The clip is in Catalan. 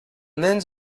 nens